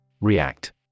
React